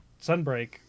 sunbreak